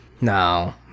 No